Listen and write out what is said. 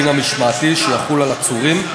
לדין המשמעתי שיחול על עצורים,